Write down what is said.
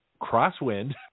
crosswind